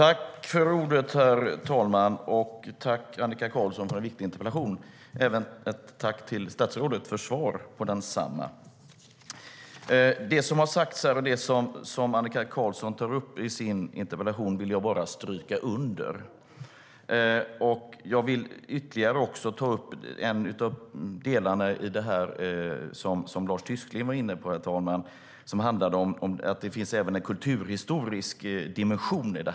Herr talman! Jag vill tacka Annika Qarlsson för en viktig interpellation. Jag vill även tacka statsrådet för svar på densamma. Jag vill understryka det som har sagts och det som Annika Qarlsson tar upp i interpellationen. Jag vill också ta upp det som Lars Tysklind var inne på, nämligen att det här även har en kulturhistorisk dimension.